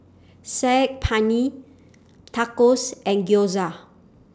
Saag Paneer Tacos and Gyoza